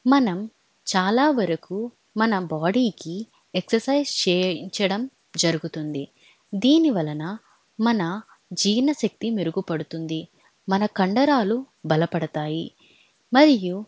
మనం చాలా వరకు మన బాడీకి ఎక్ససైజ్ చేయించడం జరుగుతుంది దీని వలన మన జీర్ణశక్తి మెరుగుపడుతుంది మన కండరాలు బలపడతాయి మరియు